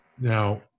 Now